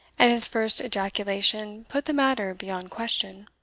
and his first ejaculation put the matter beyond question.